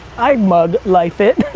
i mug life it.